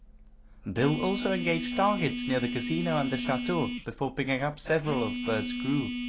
bill also engaged targets near the casino and the chateau before picking up several of bert's crew.